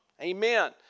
Amen